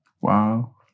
Wow